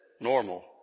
Normal